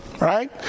Right